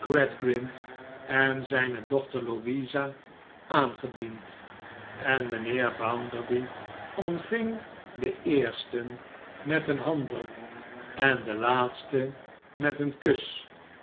en zijne dochter louisa aangediend en mijnheer bounderby ontving den eersten met een handdruk en de laatste met een kus